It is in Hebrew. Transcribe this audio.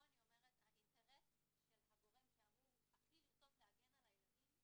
פה אני אומרת האינטרס של הגורם שאמור הכי לרצות להגן על הילדים,